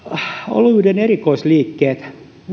oluiden erikoisliikkeet